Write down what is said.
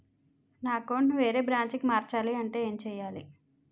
నా అకౌంట్ ను వేరే బ్రాంచ్ కి మార్చాలి అంటే ఎం చేయాలి?